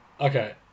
Okay